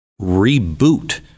reboot